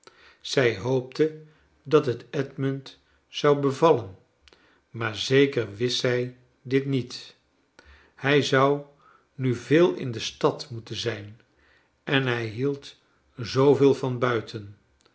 zij hoopte dat het edmund zou bevallen maar zeker wist zij dit niet hij zou nu veel in de stad moeten zijn en hij hield zooveel van buiten